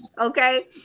Okay